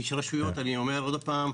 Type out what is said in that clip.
אני אומר עוד פעם,